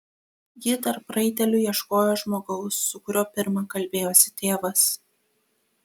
ji tarp raitelių ieškojo žmogaus su kuriuo pirma kalbėjosi tėvas